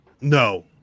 No